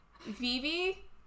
Vivi